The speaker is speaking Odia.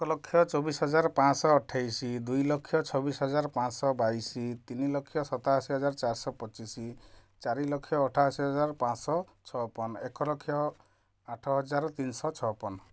ଏକଲକ୍ଷ ଚବିଶିହଜାର ପାଞ୍ଚଶହ ଅଠେଇଶି ଦୁଇଲକ୍ଷ ଛବିଶହଜାର ପାଞ୍ଚଶହ ବାଇଶି ତିନିଲକ୍ଷ ସତାଅଶିହଜାର ଚାରିଶହ ପଚିଶ ଚାରିଲକ୍ଷ ଅଠାଅଶିହଜାର ପଞ୍ଚାଶହ ଛପନ ଏକଲକ୍ଷ ଆଠହଜାର ତିନିଶହ ଛପନ